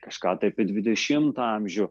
kažką tai apie dvidešimtą amžių